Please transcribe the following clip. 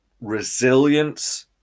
resilience